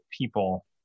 people